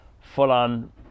full-on